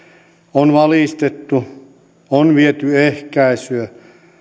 on valistettu on viety ehkäisyä